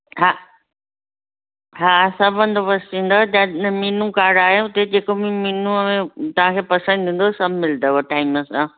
हा हा सब बंदोबस्तु थींदो जा मीनू काड आहे उते जेको बि मीनू में तव्हांखे पसंदि ईंदो सभु मिलंदव टाइम सां